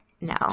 No